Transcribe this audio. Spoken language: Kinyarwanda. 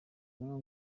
cyangwa